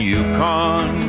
Yukon